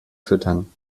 füttern